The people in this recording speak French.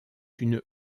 une